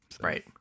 right